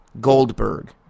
Goldberg